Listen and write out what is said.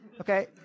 Okay